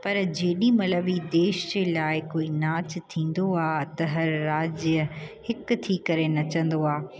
पर जेॾी महिल बि देश जे लाइ कोई नाचु थींदो आहे त हर राज्य हिकु थी करे नचंदो आहे